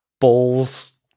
Balls